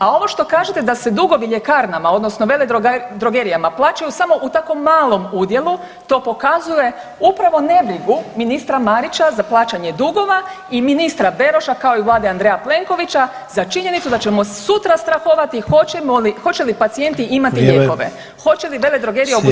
A ovo što kažete da se dugovi ljekarnama odnosno veledrogerijama plaćaju samo u tako malom udjelu to pokazuje upravo nebrigu ministra Marića za plaćanje dugova i ministra Beroša, kao i vlade Andreja Plenkovića za činjenicu da ćemo sutra strahovati hoće li pacijenti imati lijekove [[Upadica: Vrijeme]] hoće li veledrogerije obustaviti tu isporuku.